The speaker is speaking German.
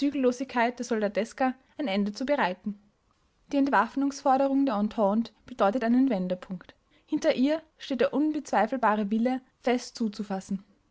der soldateska ein ende zu bereiten die entwaffnungsforderung der entente bedeutet einen wendepunkt hinter ihr steht der unbezweifelbare wille fest zuzufassen